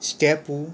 স্ট্যাপু